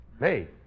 Hey